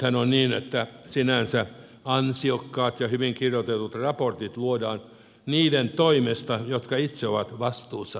nythän on niin että sinänsä ansiokkaat ja hyvin kirjoitetut raportit luodaan niiden toimesta jotka itse ovat vastuussa tekemisistään